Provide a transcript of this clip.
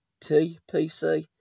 TPC